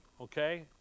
Okay